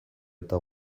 eta